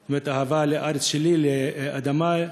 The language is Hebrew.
זאת אומרת, אהבה לארץ שלי, לאדמה,